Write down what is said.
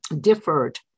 differed